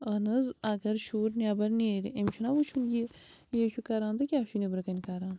اہن حظ اگر شُر نیٚبر نیرِ أمِس چھُنہ وُچھُن یہِ ییٚے چھُ کَران تہٕ کیٛاہ چھُ نیٚبرٕ کٔنۍ کَران